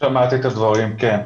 שמעתי את הדברים, כן.